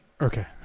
Okay